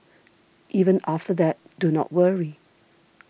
even after that do not worry